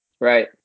Right